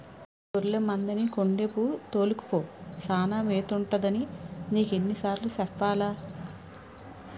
గొర్లె మందని కొండేపు తోలుకపో సానా మేతుంటదని నీకెన్ని సార్లు సెప్పాలా?